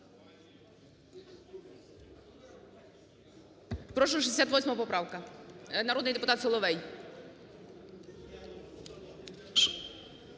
Прошу, 68 поправка, народний депутат Соловей.